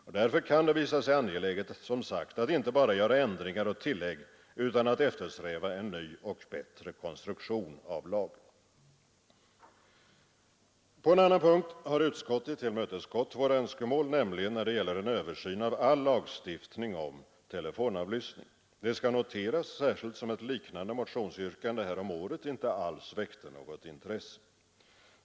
Och därför kan det som sagt visa sig angeläget att inte bara göra ändringar och tillägg utan eftersträva en ny och bättre konstruktion av lagen. På en annan punkt har utskottet tillmötesgått våra önskemål, nämligen när det gäller en översyn av all lagstiftning beträffande telefonavlyssningen. Det skall noteras — särskilt som ett liknande motionsyrkande häromåret inte alls väckte något intresse.